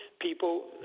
people